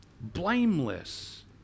blameless